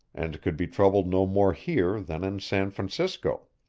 and could be troubled no more here than in san francisco.